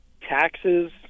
taxes